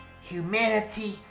Humanity